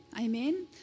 Amen